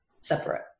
separate